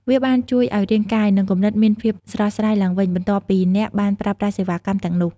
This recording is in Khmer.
វាបានជួយឲ្យរាងកាយ និងគំនិតមានភាពស្រស់ស្រាយឡើងវិញ បន្ទាប់ពីអ្នកបានប្រើប្រាស់សេវាកម្មទាំងនោះ។